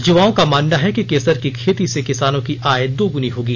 युवाओं का मानना है कि केसर की खेती से किसानों की आय दोगुनी होगी